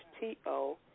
T-O